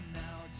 now